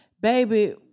baby